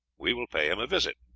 we will pay him a visit.